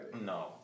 No